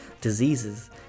diseases